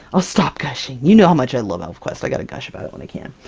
i'll stop gushing! you know how much i love elfquest! i gotta gush about it when i can!